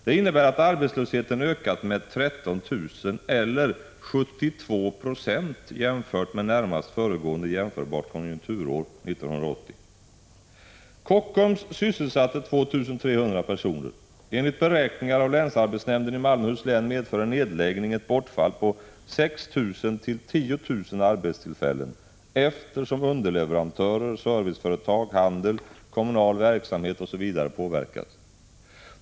Det innebär att arbetslösheten ökat med 13 000 eller 72 96, jämfört med närmast föregående jämförbara konjunkturår, 1980. nämnden i Malmöhus län medför en nedläggning ett bortfall på 6 000-10 000 arbetstillfällen, eftersom underleverantörer, serviceföretag, handel, kommunal verksamhet m.fl. påverkas.